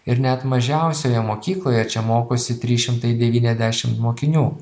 ir net mažiausioje mokykloje čia mokosi trys šimtai devyniasdešim mokinių